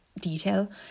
detail